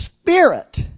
Spirit